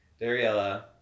Dariella